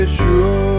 sure